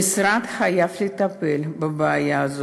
המשרד חייב לטפל בבעיה הזאת.